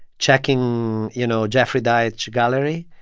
checking, you know, jeffrey deitch gallery.